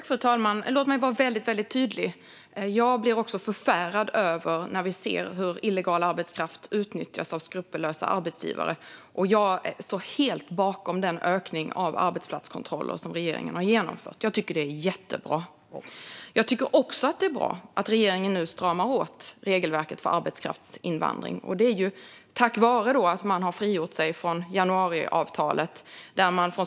Fru talman! Låt mig vara väldigt tydlig. Även jag blir förfärad över att se illegal arbetskraft utnyttjas av skrupelfria arbetsgivare. Jag står helt bakom den ökning av arbetsplatskontroller som regeringen har genomfört. Jag tycker att det är jättebra. Det är också bra att regeringen nu stramar åt regelverket för arbetskraftsinvandring. Det görs tack vare att man har frigjort sig från januariavtalet.